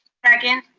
second.